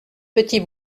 petit